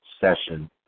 Session